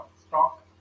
stock